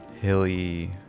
hilly